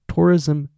Tourism